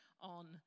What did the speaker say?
on